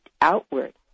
outward